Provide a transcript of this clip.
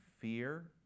fear